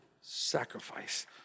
sacrifice